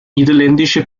niederländische